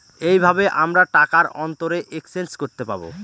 এইভাবে আমরা টাকার অন্তরে এক্সচেঞ্জ করতে পাবো